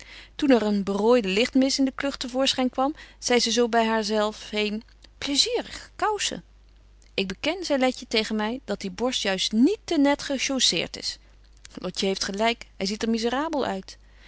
toen er een berooide lichtmis in de klucht te voorschyn kwam zei ze zo by haar zelf heen plaisierige koussen ik beken zei letje tegen my dat die borst juist niet te net